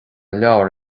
leabhar